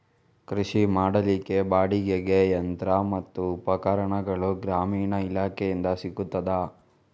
ಕೃಷಿ ಮಾಡಲಿಕ್ಕೆ ಬಾಡಿಗೆಗೆ ಯಂತ್ರ ಮತ್ತು ಉಪಕರಣಗಳು ಗ್ರಾಮೀಣ ಇಲಾಖೆಯಿಂದ ಸಿಗುತ್ತದಾ?